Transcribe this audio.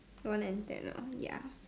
one and ten orh ya